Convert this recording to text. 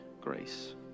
grace